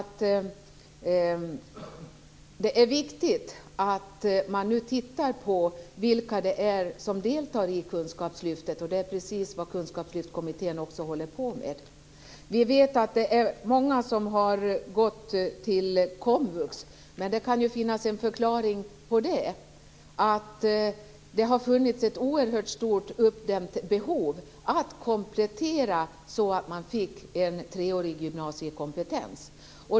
Det är viktigt att man nu tittar närmare på vilka det är som deltar i kunskapslyftet. Det är också precis vad Kunskapslyftskommittén håller på med. Vi vet att det är många som har gått över till komvux. Men det kan ju finnas en förklaring till det, nämligen att det har funnits ett oerhört stort uppdämt behov av att komplettera för att få en treårig gymnasiekompetens.